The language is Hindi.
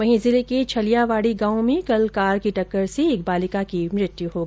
वहीं जिले के छलियावाडी गांव में कल कार की टक्कर से एक बालिका की मृत्यु हो गई